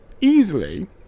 easily